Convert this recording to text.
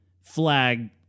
flag